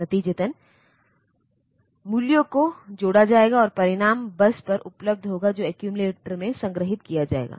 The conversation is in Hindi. नतीजतन मूल्यों को जोड़ा जाएगा और परिणाम बस पर उपलब्ध होगा जो एक्यूमिलेटर में संग्रहीत किया जाएगा